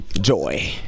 joy